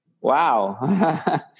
wow